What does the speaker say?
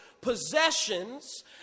possessions